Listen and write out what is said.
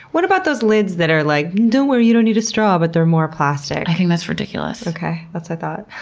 what about those lids that are like, don't worry, you don't need a straw, but they're more plastic? i think that's ridiculous. okay, that's what i thought.